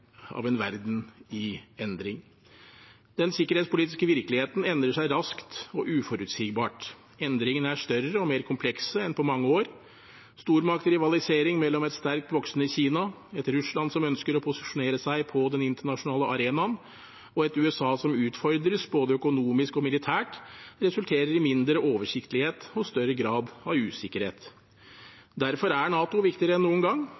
av en verden i endring. Den sikkerhetspolitiske virkeligheten endrer seg raskt og uforutsigbart. Endringene er større og mer komplekse enn på mange år. Stormaktrivalisering mellom et sterkt voksende Kina, et Russland som ønsker å posisjonere seg på den internasjonale arenaen, og et USA som utfordres både økonomisk og militært, resulterer i mindre oversiktlighet og større grad av usikkerhet. Derfor er NATO viktigere enn noen gang,